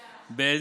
לא.